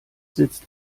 sitzt